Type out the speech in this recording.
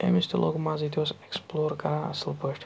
أمِس تہِ لوٚگ مَزٕ یہِ تہِ اوس ایٚکٕسپٕلور کَران اَصٕل پٲٹھۍ